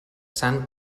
sant